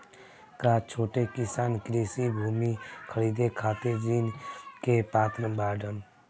का छोट किसान कृषि भूमि खरीदे खातिर ऋण के पात्र बाडन?